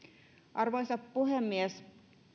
arvoisa puhemies